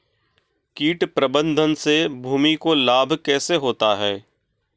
कीट प्रबंधन से भूमि को लाभ कैसे होता है?